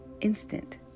instant